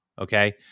Okay